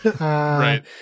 right